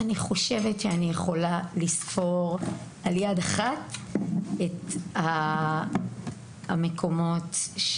אני חושבת שאני יכולה לספור על יד אחת את המקרים בהם